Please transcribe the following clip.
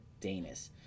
Danis